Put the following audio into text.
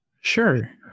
Sure